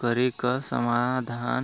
करे क साधन हौ